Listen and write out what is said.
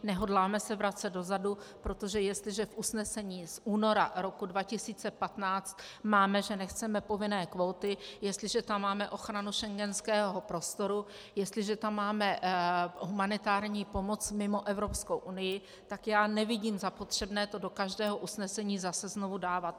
Nehodláme se vracet dozadu, protože jestliže v usnesení z února roku 2015 máme, že nechceme povinné kvóty, jestliže tam máme ochranu schengenského prostoru, jestliže tam máme humanitární pomoc mimo Evropskou unii, tak nevidím za potřebné to do každého usnesení zase znovu dávat.